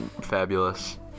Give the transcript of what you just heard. fabulous